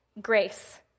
grace